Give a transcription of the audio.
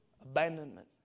abandonment